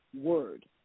word